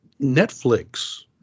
Netflix